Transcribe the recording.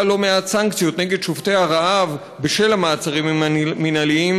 לא מעט סנקציות נגד שובתי הרעב בשל המעצרים המינהליים,